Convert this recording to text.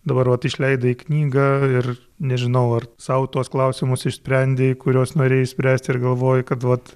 dabar vat išleidai knygą ir nežinau ar sau tuos klausimus išsprendei kuriuos norėjai išspręsti ar galvoji kad vat